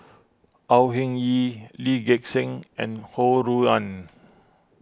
Au Hing Yee Lee Gek Seng and Ho Rui An